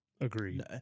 agreed